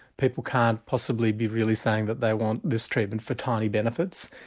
people can't possibly be really saying that they want this treatment for tiny benefits.